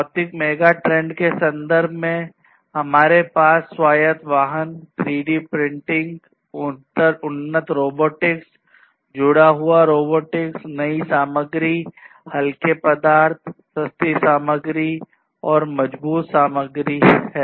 भौतिक मेगाट्रेंड के संदर्भ में हमारे पास अब स्वायत्त वाहन 3 डी प्रिंटिंग उन्नत रोबोटिक्स जुड़ा हुआ रोबोटिक्स नई सामग्री हल्के पदार्थ सस्ता सामग्री तथा मजबूत सामग्री है